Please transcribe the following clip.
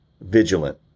vigilant